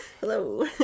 Hello